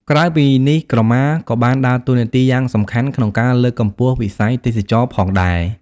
ក្រៅពីនេះ ក្រមាក៏បានដើរតួនាទីយ៉ាងសំខាន់ក្នុង ការលើកកម្ពស់វិស័យទេសចរណ៍ផងដែរ។